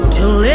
Till